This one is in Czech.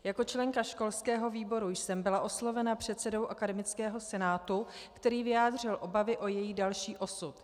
Jako členka školského výboru jsem byla oslovena předsedou akademického senátu, který vyjádřil obavy o její další osud.